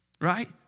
right